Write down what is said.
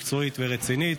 מקצועית ורצינית,